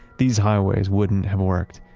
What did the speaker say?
these highways wouldn't have worked.